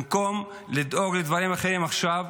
במקום לדאוג לדברים אחרים עכשיו,